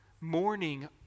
mourning